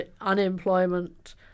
unemployment